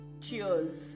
cheers